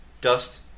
Dust